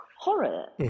horror